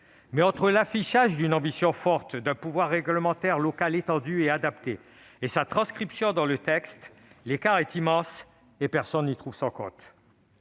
Mais, entre l'affichage d'une ambition forte en faveur d'un pouvoir réglementaire local étendu et adapté et sa transcription dans le texte, l'écart est immense, et personne n'y trouve son compte.